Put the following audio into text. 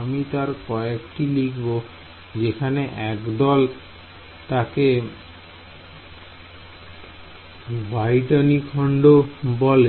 আমি তার কয়েকটি লিখব যেখানে একদল তাকে হোয়াইটনী খন্ড বল